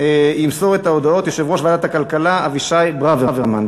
ימסור את ההודעות יושב-ראש ועדת הכלכלה אבישי ברוורמן.